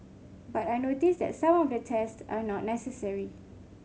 but I notice that some of the test are not necessary